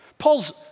Paul's